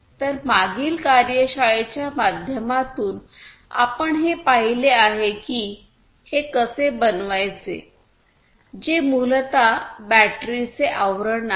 तर मागील कार्यशाळेच्या माध्यमातून आपण हे पाहिले आहे की हे कसे बनवायचे जे मूलत बॅटरीचे आवरण आहे